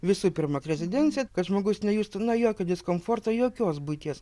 visų pirma rezidencija kad žmogus nejustų jokio diskomforto jokios buities